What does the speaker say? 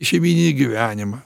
į šeimyninį gyvenimą